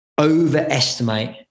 overestimate